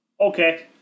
Okay